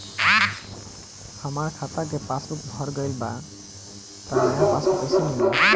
हमार खाता के पासबूक भर गएल बा त नया पासबूक कइसे मिली?